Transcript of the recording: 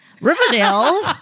Riverdale